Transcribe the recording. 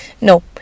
no